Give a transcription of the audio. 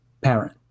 parent